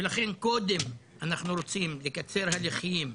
ולכן קודם אנחנו רוצים לקצר הליכים,